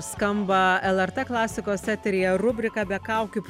skamba lrt klasikos eteryje rubriką be kaukių